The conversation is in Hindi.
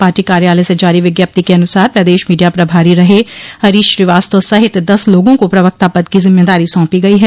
पार्टी कार्यालय से जारी विज्ञप्ति के अनुसार प्रदेश मीडिया प्रभारी रहे हरीश श्रीवास्तव सहित दस लोगों को प्रवक्ता पद की जिम्मेदारी सौंपी गई है